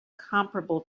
comparable